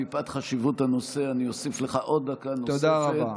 מפאת חשיבות הנושא, אוסיף לך עוד דקה נוספת.